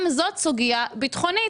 גם זאת סוגיה ביטחונית.